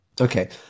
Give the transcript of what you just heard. Okay